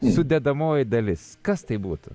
sudedamoji dalis kas tai būtų